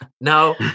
no